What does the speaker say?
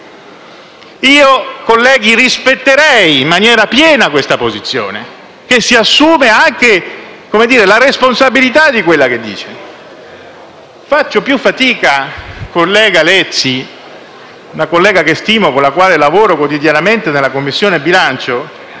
Io, colleghi, rispetterei in maniera piena chi adottasse questa posizione assumendosi anche la responsabilità di ciò che dice. Faccio più fatica, collega Lezzi (una collega che stimo e con la quale lavoro quotidianamente nella Commissione bilancio),